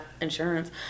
insurance